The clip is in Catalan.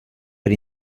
per